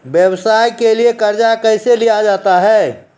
व्यवसाय के लिए कर्जा कैसे लिया जाता हैं?